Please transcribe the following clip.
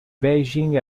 beijing